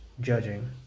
judging